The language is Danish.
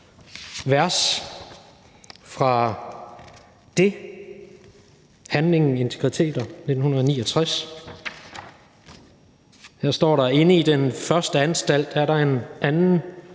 vers fra »Det«, afsnittet: HANDLINGEN-integriteter, 1969. Her står der: »Inde i den første anstalt er der en anden,